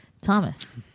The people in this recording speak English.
Thomas